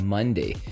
Monday